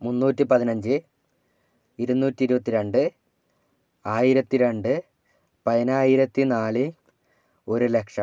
മുന്നൂറ്റിപ്പതിനഞ്ച് ഇരുന്നൂറ്റി ഇരുപത്തി രണ്ട് ആയിരത്തി രണ്ട് പതിനായിരത്തി നാല് ഒരു ലക്ഷം